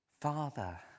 Father